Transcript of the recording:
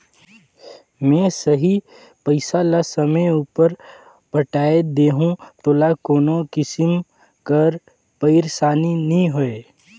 में सही पइसा ल समे उपर पटाए देहूं तोला कोनो किसिम कर पइरसानी नी होए